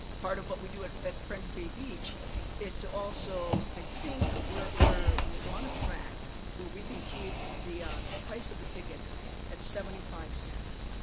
part of what we do at at friends of bay beach is to also, i think, we want a track where we can keep the the price of the tickets at seventy five cents.